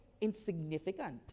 insignificant